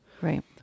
Right